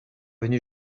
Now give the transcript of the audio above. venu